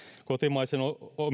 kotimaisen